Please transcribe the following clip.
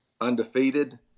undefeated